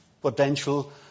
potential